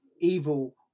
evil